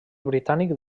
britànic